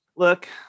Look